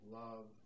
love